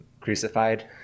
crucified